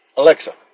Alexa